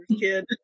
kid